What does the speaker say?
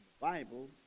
Bible